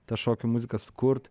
tą šokių muziką sukurt